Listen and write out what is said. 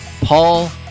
Paul